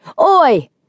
Oi